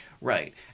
Right